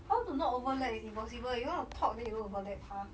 how do not overlap is impossible you want to talk then you don't overlap !huh!